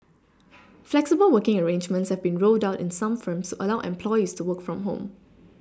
flexible working arrangements have been rolled out in some firms to allow employees to work from home